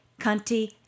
cunty